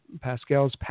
Pascal's